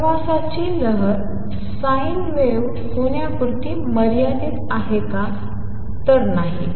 प्रवासाची लहर sine wave होण्यापुरतीच मर्यादित आहे का तर नाही